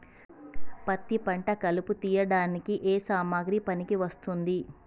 పత్తి పంట కలుపు తీయడానికి ఏ సామాగ్రి పనికి వస్తుంది?